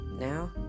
Now